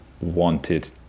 wanted